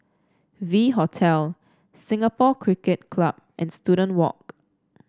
V Hotel Singapore Cricket Club and Student Walk